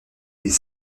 des